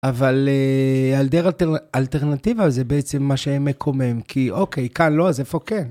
אבל העדר אלטרנטיבה זה בעצם מה שמקומם, כי אוקיי, כאן לא, אז איפה כן?